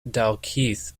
dalkeith